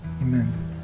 Amen